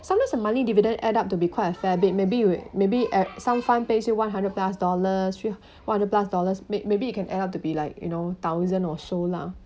sometimes a monthly dividend add up to be quite a fair bit maybe we maybe at some fund pays you one hundred plus dollars three four plus dollars may~ maybe you can end up to be like you know thousand or so lah